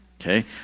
okay